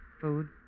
food